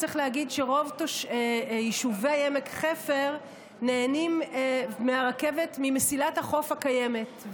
צריך להגיד שרוב יישובי עמק חפר נהנים מהרכבת במסילת החוף הקיימת.